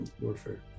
warfare